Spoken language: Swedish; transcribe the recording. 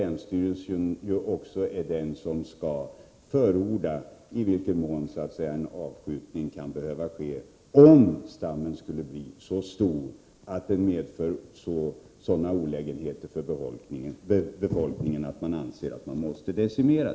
Länsstyrelsen är ju den myndighet som skall förordna i vilken mån en avskjutning kan behöva ske, om stammen skulle bli så stor och medföra sådana olägenheter för befolkningen att man anser att den måste decimeras.